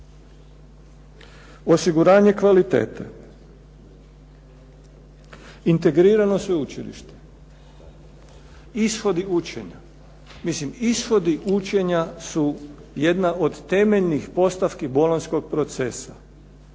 Osiguranje kvalitete. Integrirano sveučilište, ishodi učenja. Mislim ishodi učenja su jedna od temeljnih postavki bolonjskog procesa.